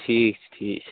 ٹھیٖک چھُ ٹھیٖک